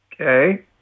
okay